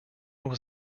was